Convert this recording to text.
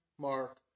Mark